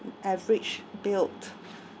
average built